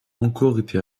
encore